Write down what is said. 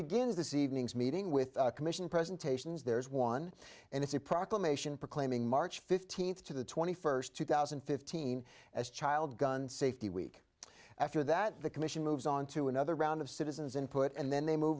this evening's meeting with commission presentations there's one and it's a proclamation proclaiming march fifteenth to the twenty first two thousand and fifteen as child gun safety week after that the commission moves on to another round of citizens input and then they move